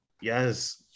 Yes